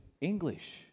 English